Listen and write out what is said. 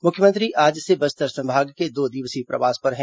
मुख्यमंत्री आज से बस्तर संभाग के दो दिवसीय प्रवास पर हैं